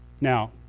Now